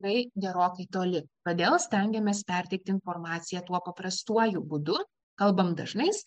tikrai gerokai toli todėl stengiamės perteikti informaciją tuo paprastuoju būdu kalbam dažnais